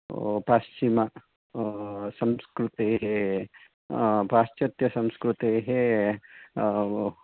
पाश्चिम संस्कृतेः पाश्चात्यसंस्कृतेः